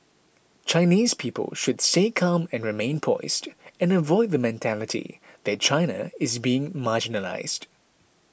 Chinese people should stay calm and remain poised and avoid the mentality that China is being marginalised